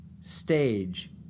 stage